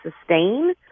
sustain